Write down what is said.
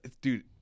dude